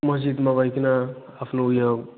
मस्जिदमा गोइकिन आफ्नो उयो